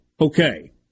okay